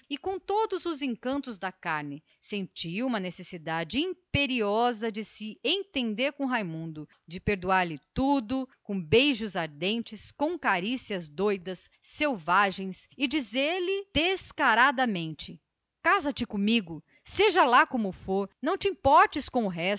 com todos os seus encantos carnais sentiu uma necessidade imperiosa absoluta de entender-se com raimundo de perdoar-lhe tudo com beijos ardentes com carícias doidas selvagens agarrar se a ele rangindo os dentes e dizer-lhe cara a cara casa-te comigo seja lá como for não te importes